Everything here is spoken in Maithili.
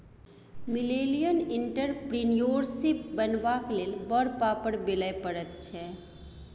मिलेनियल एंटरप्रेन्योरशिप बनबाक लेल बड़ पापड़ बेलय पड़ैत छै